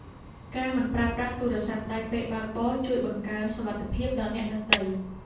ការមិនប្រើប្រាស់ទូរស័ព្ទដៃពេលបើកបរជួយបង្កើនសុវត្ថិភាពដល់អ្នកដទៃ។